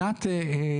עכשיו,